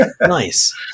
Nice